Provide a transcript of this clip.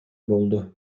болду